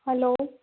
હાલો